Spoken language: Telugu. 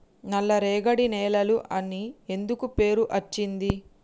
నల్లరేగడి నేలలు అని ఎందుకు పేరు అచ్చింది?